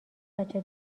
بچه